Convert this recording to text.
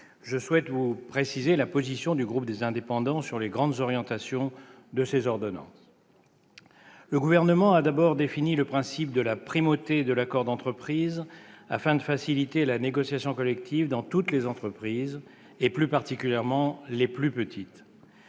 Je souhaite préciser la position du groupe Les Indépendants-République et Territoires sur les grandes orientations de ces ordonnances. Le Gouvernement a d'abord défini le principe de la primauté de l'accord d'entreprise, afin de faciliter la négociation collective dans toutes les entreprises, plus particulièrement dans les plus petites